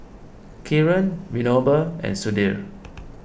Kiran Vinoba and Sudhir